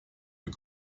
you